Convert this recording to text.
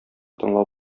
тыңлап